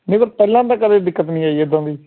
ਨਹੀਂ ਅਤੇ ਪਹਿਲਾਂ ਤਾਂ ਕਦੇ ਦਿੱਕਤ ਨਹੀਂ ਆਈ ਇੱਦਾਂ ਦੀ